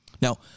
Now